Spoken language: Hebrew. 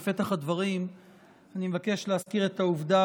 בפתח הדברים אני מבקש להזכיר את העובדה